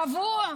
שבוע,